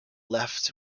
left